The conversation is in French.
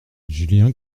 julien